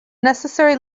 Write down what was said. necessary